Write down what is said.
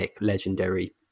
legendary